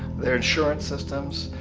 their insurance systems,